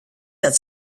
that